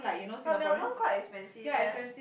but Melbourne quite expensive eh